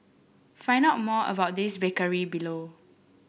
find out more about this bakery below